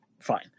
fine